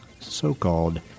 so-called